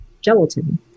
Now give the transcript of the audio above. gelatin